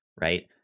right